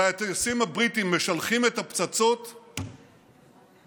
והטייסים הבריטים משלחים את הפצצות ומחטיאים,